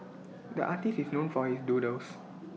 the artist is known for his doodles